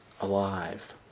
alive